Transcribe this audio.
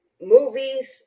movies